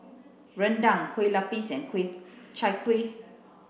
Rendang Kueh Lapis and Chai Kuih